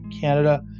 Canada